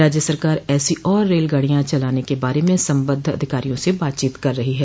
राज्य सरकार ऐसी और रेलगाडियां चलाने के बारे में संबद्ध अधिकारियों से बातचीत कर रही है